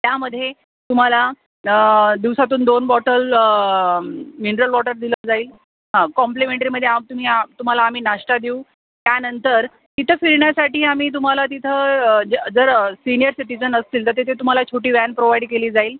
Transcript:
त्यामध्ये तुम्हाला दिवसातून दोन बॉटल मिनरल वॉटर दिलं जाईल हा कॉम्प्लिमेंटरीमध्ये आ तुम्ही तुम्हाला आम्ही नाश्ता देऊ त्यानंतर तिथं फिरण्यासाठी आम्ही तुम्हाला तिथं ज जर सिनिअर सिटिजन असतील तर तिथे तुम्हाला छोटी वॅन प्रोवाइड केली जाईल